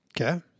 Okay